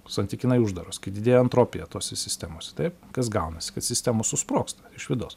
santykinai uždaros kai didėja antropija tose sistemose taip kas gaunasi kad sistemos susprogsta iš vidaus